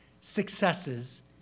successes